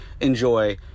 enjoy